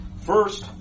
First